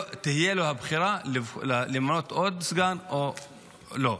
תהיה לו בחירה למנות עוד סגן או לא.